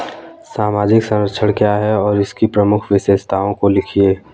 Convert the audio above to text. सामाजिक संरक्षण क्या है और इसकी प्रमुख विशेषताओं को लिखिए?